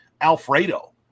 Alfredo